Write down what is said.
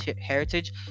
heritage